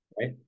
Right